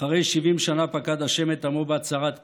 אחרי 70 שנה פקד ה' את עמו בהצהרת כורש.